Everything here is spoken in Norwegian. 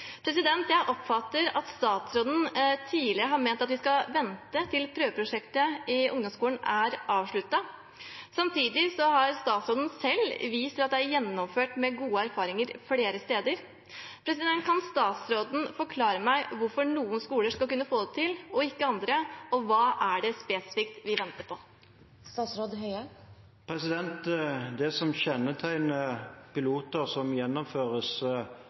Jeg oppfatter at statsråden tidligere har ment at vi skal vente til prøveprosjektet i ungdomsskolen er avsluttet. Samtidig har statsråden selv vist til at det er gjennomført med gode erfaringer flere steder. Kan statsråden forklare meg hvorfor noen skoler skal kunne få det til, og ikke andre, og hva det spesifikt er vi venter på? Det som kjennetegner piloter som gjennomføres